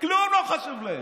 כלום לא חשוב להם.